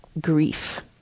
grief